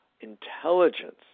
intelligence